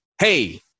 Hey